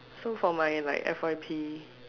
so for my like F_Y_P